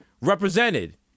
represented